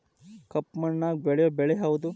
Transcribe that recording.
ಕಪ್ಪು ಮಣ್ಣಾಗ ಬೆಳೆಯೋ ಬೆಳಿ ಯಾವುದು?